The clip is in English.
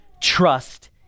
trust